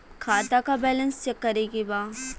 खाता का balance check करे के बा?